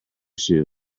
shoe